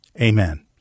Amen